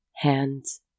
Hands